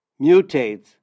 mutates